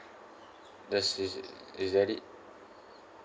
does is is that it